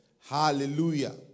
Hallelujah